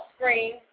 screen